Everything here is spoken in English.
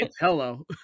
Hello